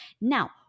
Now